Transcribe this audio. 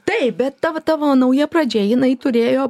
taip bet tavo tavo nauja pradžia jinai turėjo